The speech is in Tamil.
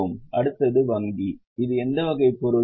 அடுத்தது வங்கி இது எந்த வகை பொருள்